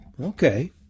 Okay